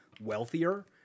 wealthier